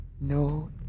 No